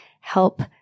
help